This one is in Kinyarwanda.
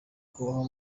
kubaho